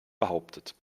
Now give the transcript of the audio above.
behauptet